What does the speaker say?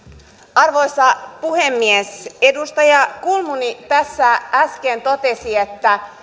arvoisa puhemies edustaja kulmuni tässä äsken totesi että